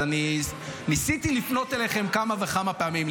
ואני ניסיתי לפנות אליכם כמה וכמה פעמים,